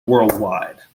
worldwide